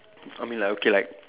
I mean like okay like